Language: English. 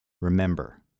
Remember